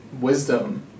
wisdom